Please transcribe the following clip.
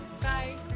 Bye